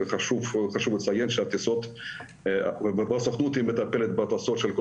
חשוב לציין שהסוכנות מטפלת בטיסות של כל